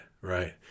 Right